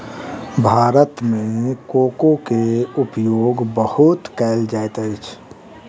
भारत मे कोको के उपयोग बहुत कयल जाइत अछि